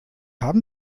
haben